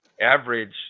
average